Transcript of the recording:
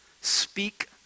speak